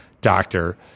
doctor